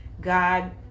god